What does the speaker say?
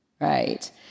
right